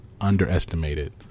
underestimated